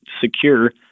secure